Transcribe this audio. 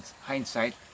hindsight